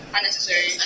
Unnecessary